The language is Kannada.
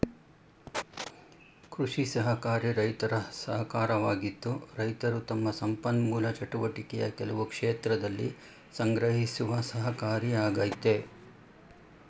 ಕೃಷಿ ಸಹಕಾರಿ ರೈತರ ಸಹಕಾರವಾಗಿದ್ದು ರೈತರು ತಮ್ಮ ಸಂಪನ್ಮೂಲ ಚಟುವಟಿಕೆಯ ಕೆಲವು ಕ್ಷೇತ್ರದಲ್ಲಿ ಸಂಗ್ರಹಿಸುವ ಸಹಕಾರಿಯಾಗಯ್ತೆ